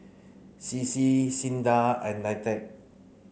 C C SINDA and NITEC